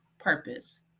purpose